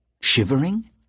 shivering